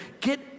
get